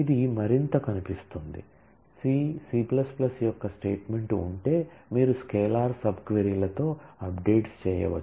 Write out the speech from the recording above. ఇది మరింత కనిపిస్తుంది C C యొక్క స్టేట్మెంట్ ఉంటే మీరు స్కేలార్ సబ్ క్వరీలతో అప్డేట్స్ చేయవచ్చు